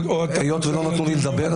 היות שלא נתנו לי לדבר,